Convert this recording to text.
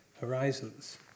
horizons